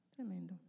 Tremendo